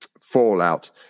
fallout